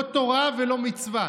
לא תורה ולא מצווה,